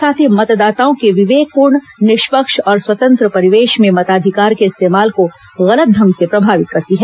साथ ही मतदाताओं के विवेकपूर्ण निष्पक्ष और स्वतंत्र परिवेश में मताधिकार के इस्तेमाल को गलत ढंग से प्रभावित करती है